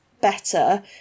better